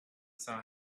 saw